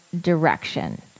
direction